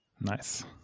nice